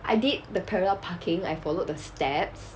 I did the parallel parking I followed the steps